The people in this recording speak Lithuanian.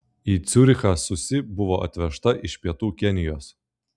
į ciurichą susi buvo atvežta iš pietų kenijos